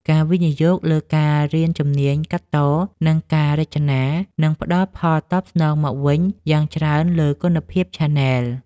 ការវិនិយោគលើការរៀនជំនាញកាត់ត និងការរចនា នឹងផ្តល់ផលតបស្នងមកវិញយ៉ាងច្រើនលើគុណភាពឆានែល។